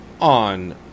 on